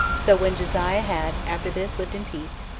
so when josiah had after this lived in peace,